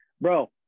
bro